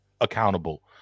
accountable